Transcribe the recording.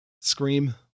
scream